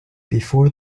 before